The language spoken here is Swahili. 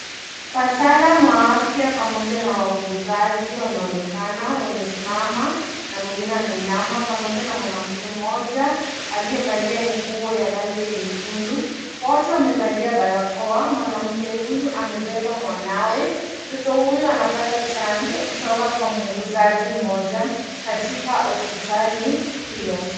Wataalam wa afya pamoja na wauguzaji wanaonekana wamesimama na mwingine ameinama pamoja na mwanamke mmoja aliyevalia nguo ya rangi ya nyekundu. Wote wamevalia barakoa, mwanamke huyu amebeba mwanawe. Mtoto huyu anapata chanjo kutoka kwa muuguzaji mmoja katika hospitali hiyo.